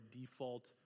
default